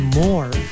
more